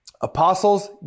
Apostles